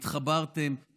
התחברתם,